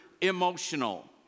emotional